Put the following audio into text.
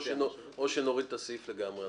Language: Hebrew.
או שנוריד את הסעיף לגמרי,